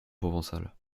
provençal